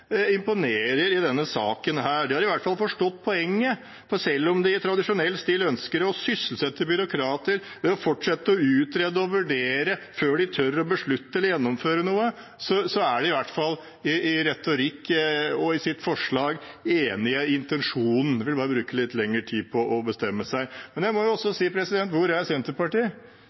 imponerer i denne saken. De har i hvert fall forstått poenget, for selv om de i tradisjonell stil ønsker å sysselsette byråkrater ved å fortsette å utrede og vurdere før de tør å beslutte eller gjennomføre noe, er de i hvert fall i retorikken og i sitt forslag enig i intensjonen. De vil bare bruke litt lengre tid på å bestemme seg. Men hvor er Senterpartiet? Jeg ser ut over salen her og lurer virkelig på hvor Senterpartiet er